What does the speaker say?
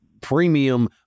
premium